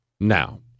Now